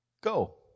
go